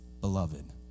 beloved